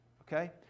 Okay